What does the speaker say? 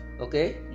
Okay